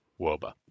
Woba